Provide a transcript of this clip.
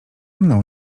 mną